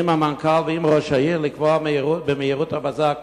יקבע עם המנכ"ל, במהירות הבזק,